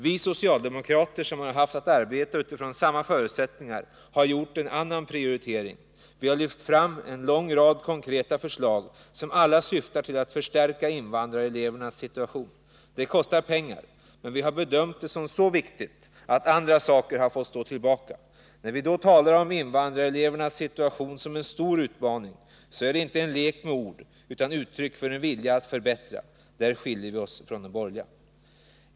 Vi socialdemokrater, som har haft att arbeta utifrån samma förutsättningar, har gjort en annan prioritering. Vi har lyft fram en lång rad konkreta förslag, som alla syftar till att förstärka invandrarelevernas situation. Det kostar pengar, men vi har bedömt det som så viktigt att andra saker har fått stå tillbaka. När vi talar om invandrarelevernas situation som en stor utmaning, så är det inte en lek med ord utan uttryck för en vilja att förbättra. Där skiljer vi oss från de borgerliga.